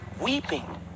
weeping